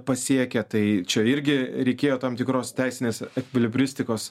pasiekę tai čia irgi reikėjo tam tikros teisinės ekvilibristikos